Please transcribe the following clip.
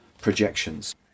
projections